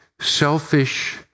selfish